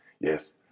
Yes